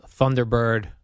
Thunderbird